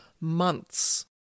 months